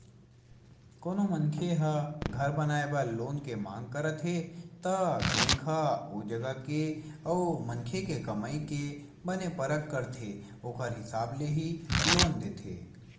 कोनो मनखे ह घर बनाए बर लोन के मांग करत हे त बेंक ह ओ जगा के अउ मनखे के कमई के बने परख करथे ओखर हिसाब ले ही लोन देथे